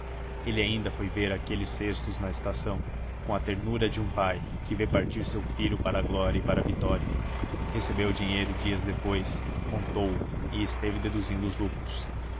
ele ainda foi ver aqueles cestos na estação com a ternura de um pai que vê partir seu filho para a glória e para a vitória recebeu o dinheiro dias depois contou o e esteve deduzindo os lucros